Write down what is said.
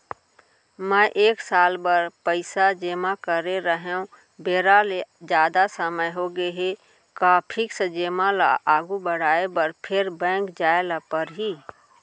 मैं एक साल बर पइसा जेमा करे रहेंव, बेरा ले जादा समय होगे हे का फिक्स जेमा ल आगू बढ़ाये बर फेर बैंक जाय ल परहि?